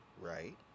right